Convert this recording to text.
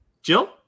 Jill